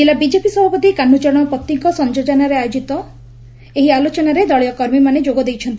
କିଲ୍ଲ ବିଜେପି ସଭାପତି କାହ୍ବଚରଣ ପତିଙ୍କ ସଂଯୋଜନାରେ ଆୟୋଜିତ ଏହି ଆଲୋଚନାରେ ଦଳୀୟ କର୍ମୀମାନେ ଯୋଗ ଦେଇଛନ୍ତି